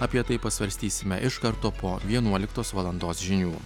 apie tai pasvarstysime iš karto po vienuoliktos valandos žinių